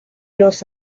los